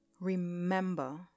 Remember